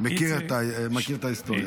מכיר את ההיסטוריה.